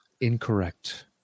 incorrect